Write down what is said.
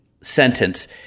sentence